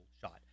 shot